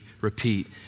repeat